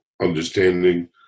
understanding